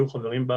היו חברים בה